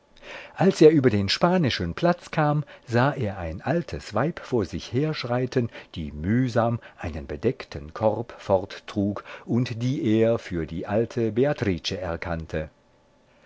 als er über den spanischen platz kam sah er ein altes weib vor sich herschreiten die mühsam einen bedeckten korb forttrug und die er für die alte beatrice erkannte